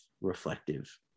reflective